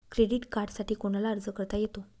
Credit कार्डसाठी कोणाला अर्ज करता येतो?